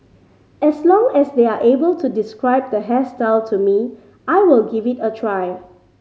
as long as they are able to describe the hairstyle to me I will give it a try